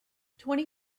twenty